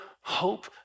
hope